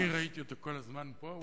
אני ראיתי אותו כל הזמן פה.